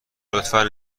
لطفا